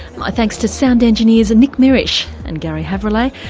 my thanks to sound engineers nick mierisch and garry havrillay,